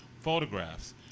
photographs